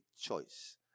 choice